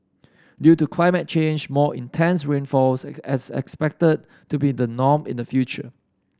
due to climate change more intense rainfalls as as expected to be the norm in the future